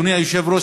אדוני היושב-ראש,